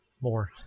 More